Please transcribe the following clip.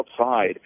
outside